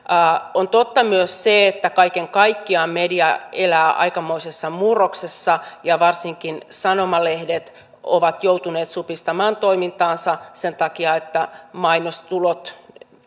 on totta myös se että kaiken kaikkiaan media elää aikamoisessa murroksessa ja varsinkin sanomalehdet ovat joutuneet supistamaan toimintaansa sen takia että mainostulot